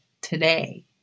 today